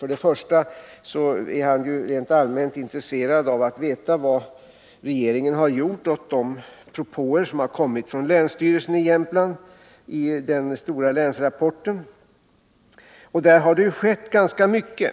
Först och främst är Sven Henricsson rent allmänt intresserad av att få veta vad regeringen har gjort åt de propåer som har kommit från länsstyrelsen i Jämtlands län i den stora länsrapporten. Där har det ju skett ganska mycket.